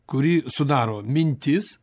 kurį sudaro mintis